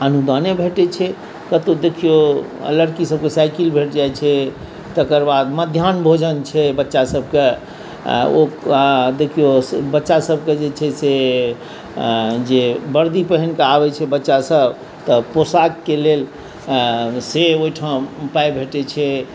अनुदाने भेटैत छै कतहु देखियौ लड़की सभके साइकल भेट जाइत छै तकर बाद मध्याह्न भोजन छै बच्चासभके आ ओ देखियौ बच्चासभके जे छै से जे वर्दी पहिरके आबैत छै बच्चासभ तऽ पोशाकके लेल से ओहिठाम पाइ भेटैत छै